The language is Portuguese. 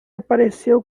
apareceu